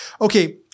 Okay